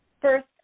first